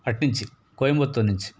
అట్నించి కోయంబత్తూరు నుంచి